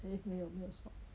eh 没有没有 salt